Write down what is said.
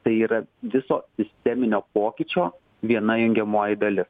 tai yra viso sisteminio pokyčio viena jungiamoji dalis